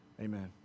Amen